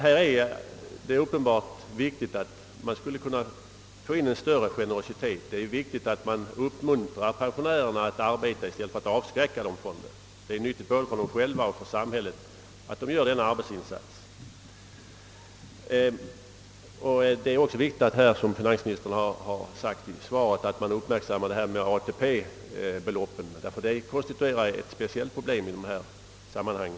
Här är det uppenbart viktigt att vara mer generös liksom också att uppmuntra pensionärerna att arbeta i stället för att avskräcka dem, eftersom det är nyttigt både för dem själva och samhället att de gör denna arbetsinsats. Som finansministern framhållit i svaret är det också angeläget att ATP-beloppen uppmärksammas, därför att dessa konstituerar ett speciellt problem i detta sammanhang.